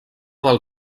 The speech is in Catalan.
del